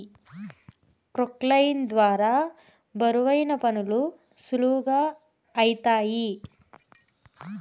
క్రొక్లేయిన్ ద్వారా బరువైన పనులు సులువుగా ఐతాయి